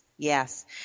Yes